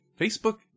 facebook